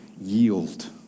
Yield